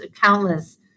countless